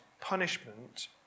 punishment